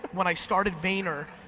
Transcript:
when i started vayner,